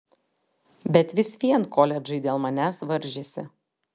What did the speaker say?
bet vis vien koledžai dėl manęs varžėsi